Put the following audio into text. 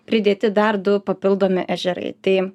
pridėti dar du papildomi ežerai tai